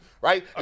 right